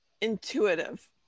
intuitive